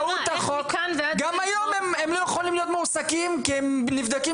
גם היום הם לא יכולים להיות מועסקים כי הם נבדקים